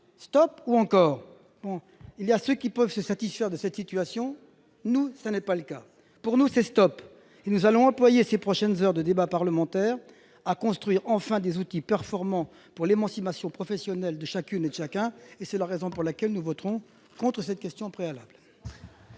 stop, ou encore ? Certains peuvent se satisfaire de cette situation ; ce n'est pas notre cas, et nous disons : stop ! Nous allons donc employer ces prochaines heures de débat parlementaire à construire, enfin, des outils performants pour l'émancipation professionnelle de chacune et de chacun. C'est la raison pour laquelle nous voterons contre cette motion tendant